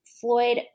Floyd